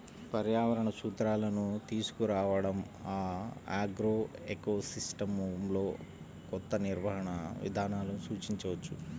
పర్యావరణ సూత్రాలను తీసుకురావడంఆగ్రోఎకోసిస్టమ్లోకొత్త నిర్వహణ విధానాలను సూచించవచ్చు